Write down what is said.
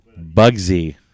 Bugsy